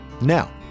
Now